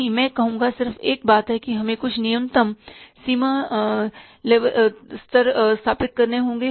नहीं मैं कहूँगा कि सिर्फ एक बात है कि हमें कुछ न्यूनतम सीमा लेबल स्थापित करने होंगे